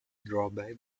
drawbacks